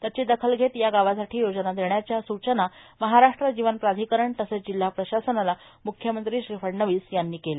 त्याची दखल घेत या गावासाठी योजना देण्याच्या सूचना महाराष्ट्र जीवन प्राधिकरण तसेच जिल्हा प्रशासनाला मुख्यमंत्री फडणवीस यांनी केल्या